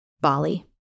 Bali